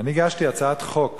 הגשתי הצעת חוק